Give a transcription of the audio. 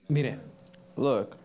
Look